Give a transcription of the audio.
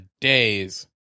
days